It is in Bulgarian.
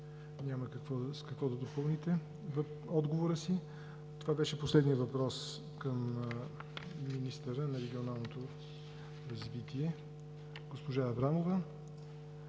Няма с какво да допълните отговора си. Това беше последният въпрос към министъра на регионалното развитие и